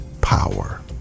power